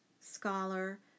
scholar